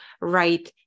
right